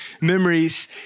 memories